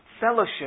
Fellowship